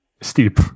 steep